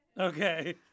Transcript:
Okay